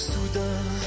Soudain